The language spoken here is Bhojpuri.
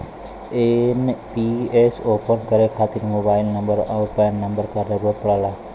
एन.पी.एस ओपन करे खातिर मोबाइल नंबर आउर पैन नंबर क जरुरत पड़ला